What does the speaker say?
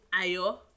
Ayo